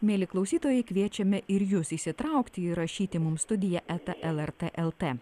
mieli klausytojai kviečiame ir jus įsitraukti ir rašyti mums studija eta lrt el t